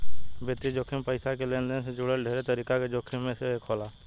वित्तीय जोखिम पईसा के लेनदेन से जुड़ल ढेरे तरीका के जोखिम में से एक होला